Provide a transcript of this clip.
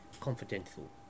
confidential